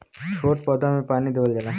छोट पौधा में पानी देवल जाला